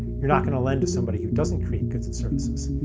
you're not going to lend to somebody who doesn't create goods and services.